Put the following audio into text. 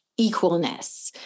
equalness